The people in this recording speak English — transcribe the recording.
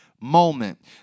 moment